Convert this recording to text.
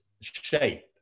shape